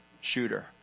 shooter